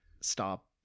stop